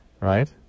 Right